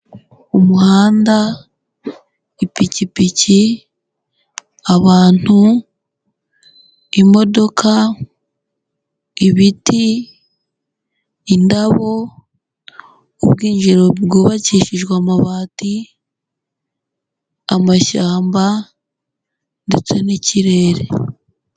Umuhanda, ipikipiki, abantu, imodoka, ibiti, indabo, ubwinjiriro bwubakishijwe amabati, amashyamba ndetse n'ikirere.